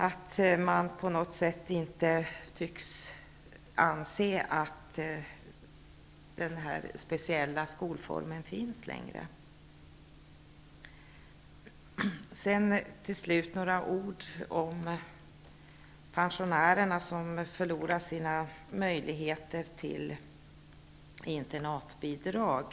Man tycks på något sätt inte anse att den här speciella skolformen finns längre. Till slut några ord om pensionärerna som förlorar sina möjligheter till internatbidrag.